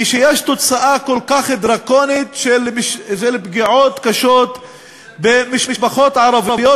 כשיש תוצאה כל כך דרקונית של פגיעות קשות במשפחות ערביות.